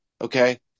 okay